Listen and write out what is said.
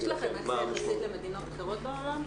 יש לכם --- למדינות אחרות בעולם?